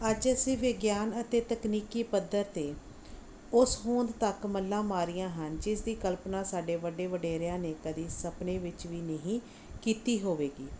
ਅੱਜ ਅਸੀਂ ਵਿਗਿਆਨ ਅਤੇ ਤਕਨੀਕੀ ਪੱਧਰ 'ਤੇ ਉਸ ਹੋਂਦ ਤੱਕ ਮੱਲਾਂ ਮਾਰੀਆਂ ਹਨ ਜਿਸ ਦੀ ਕਲਪਨਾ ਸਾਡੇ ਵੱਡੇ ਵਡੇਰਿਆਂ ਨੇ ਕਦੀ ਸਪਨੇ ਵਿੱਚ ਵੀ ਨਹੀਂ ਕੀਤੀ ਹੋਵੇਗੀ